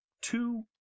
two